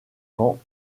vents